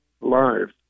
live